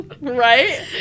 Right